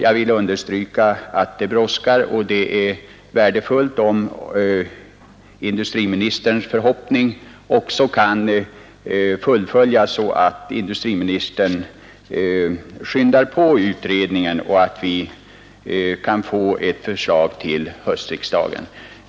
Jag vill understryka att det brådskar, och att det är värdefullt om industriministerns förhoppning kan fullföljas och att industriministern skyndar på utredningen så att vi kan få ett förslag till höstriksdagen.